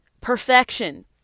perfection